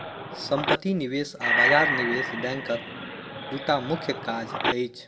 सम्पत्ति निवेश आ बजार निवेश बैंकक दूटा मुख्य काज अछि